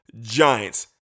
Giants